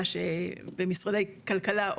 העבודה ומשרדי כלכלה,